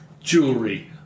jewelry